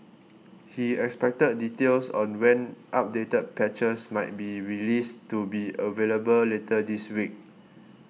he expected details on when updated patches might be released to be available later this week